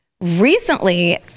recently